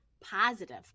positive